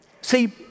See